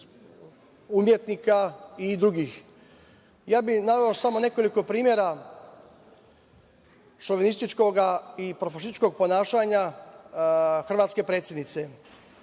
umetnika i drugih. Naveo bih samo nekoliko primera, šovinističkoga i profašističkog, ponašanja hrvatske predsednice.